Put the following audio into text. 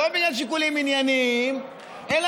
לא